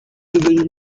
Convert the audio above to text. زندگی